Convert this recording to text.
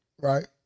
Right